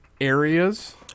areas